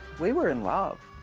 we were in love.